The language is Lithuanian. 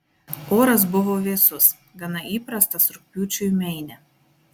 oras buvo vėsus gana įprastas rugpjūčiui meine